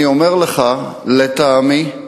אני אומר לך, לטעמי,